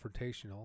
confrontational